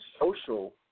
social